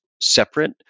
separate